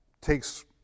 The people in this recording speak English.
takes